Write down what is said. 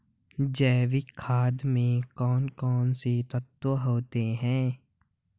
जैविक खाद में कौन कौन से तत्व होते हैं?